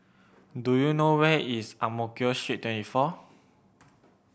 do you know where is Ang Mo Kio Street Twenty four